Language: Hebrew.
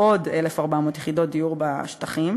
עוד 1,400 יחידות דיור בשטחים.